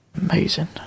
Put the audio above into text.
Amazing